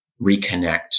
reconnect